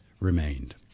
remained